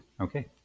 okay